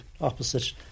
opposite